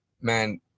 man –